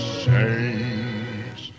saints